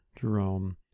jerome